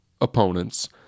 opponents